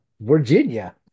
virginia